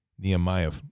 Nehemiah